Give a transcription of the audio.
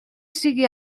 sigue